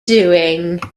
doing